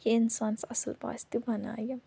یہِ انسانس اصٕل باسہِ تہِ بنایہِ